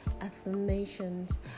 affirmations